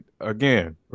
again